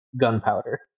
gunpowder